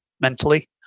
mentally